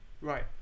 Right